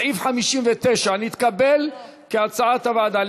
סעיף 59 נתקבל, כהצעת הוועדה.